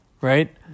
right